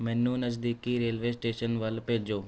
ਮੈਨੂੰ ਨਜ਼ਦੀਕੀ railway station ਵੱਲ ਭੇਜੋ